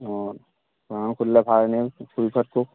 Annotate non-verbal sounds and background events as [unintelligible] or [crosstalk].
[unintelligible]